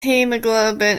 hemoglobin